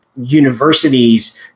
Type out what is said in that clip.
universities